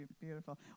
beautiful